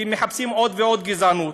כי מחפשים עוד ועוד גזענות.